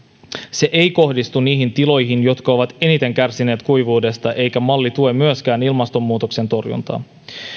se ei kohdistu niihin tiloihin jotka ovat eniten kärsineet kuivuudesta eikä malli tue myöskään ilmastonmuutoksen torjuntaa